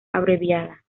abreviada